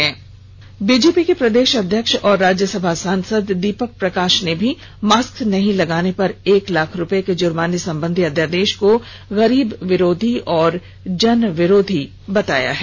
वहीं बीजेपी के प्रदेश अध्यक्ष और राज्यसभा सांसद दीपक प्रकाश ने भी मास्क नहीं लगाने पर एक लाख रुपये के जुर्माने संबंधी अध्यादेश को गरीब विरोधी व जन विरोधी बताया है